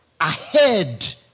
ahead